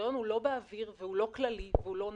הקריטריון הוא לא באוויר והוא לא כללי והוא לא נורמה,